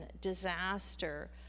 disaster